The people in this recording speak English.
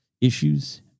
issues